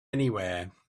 anywhere